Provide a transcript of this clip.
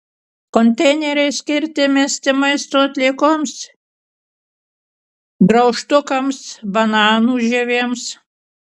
konteineriai skirti mesti maisto atliekoms graužtukams bananų žievėms